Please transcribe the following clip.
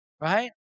Right